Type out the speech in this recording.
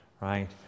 Right